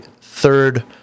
third